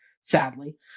Sadly